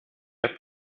app